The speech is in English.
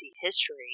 history